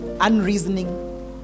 unreasoning